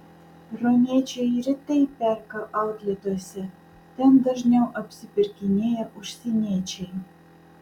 romiečiai retai perka outletuose ten dažniau apsipirkinėja užsieniečiai